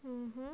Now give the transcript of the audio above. mmhmm